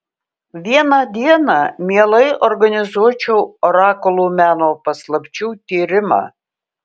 vieną dieną mielai organizuočiau orakulų meno paslapčių tyrimą